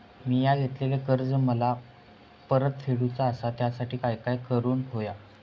मिया घेतलेले कर्ज मला परत फेडूचा असा त्यासाठी काय काय करून होया?